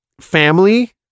family